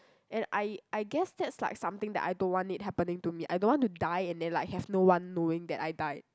and I I guess that's like something that I don't want it happening to me I don't want to die and then like have no one knowing that I die